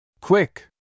Quick